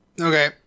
okay